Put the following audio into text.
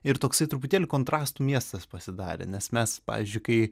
ir toksai truputėlį kontrastų miestas pasidarė nes mes pavyzdžiui kai